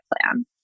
plan